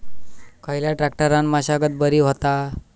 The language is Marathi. खयल्या ट्रॅक्टरान मशागत बरी होता?